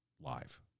live